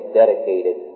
dedicated